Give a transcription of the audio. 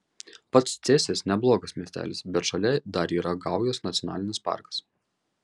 pats cėsis neblogas miestelis bet šalia dar yra gaujos nacionalinis parkas